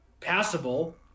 passable